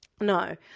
No